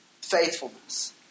faithfulness